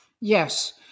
Yes